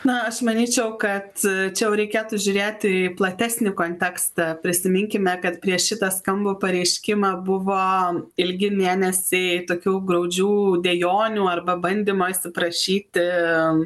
na aš manyčiau kad čia jau reikėtų žiūrėti į platesnį kontekstą prisiminkime kad prieš šitą skambų pareiškimą buvo ilgi mėnesiai tokių graudžių dejonių arba bandymų įsiprašyti